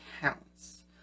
counts